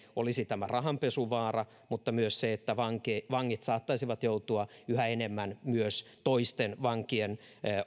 olisi tämä rahanpesuvaara mutta myös se että vangit saattaisivat joutua yhä enemmän myös toisten vankien